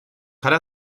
kann